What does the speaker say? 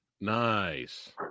nice